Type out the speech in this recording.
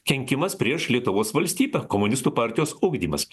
kenkimas prieš lietuvos valstybę komunistų partijos ugdymas